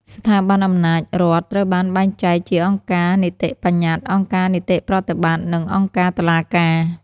ស្ថាប័នអំណាចរដ្ឋត្រូវបានបែងចែកជាអង្គការនីតិបញ្ញត្តិ អង្គការនីតិប្រតិបត្តិ និងអង្គការតុលាការ។